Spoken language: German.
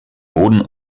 boden